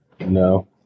No